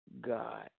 God